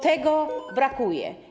Tego brakuje.